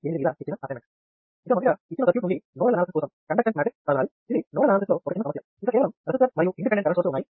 ఇది nodal analysis లో ఒక చిన్న సమస్య ఇక్కడ కేవలం రెసిస్టర్ మరియు ఇండిపెండెంట్ కరెంట్ సోర్స్ లు ఉన్నాయి